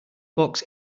box